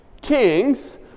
Kings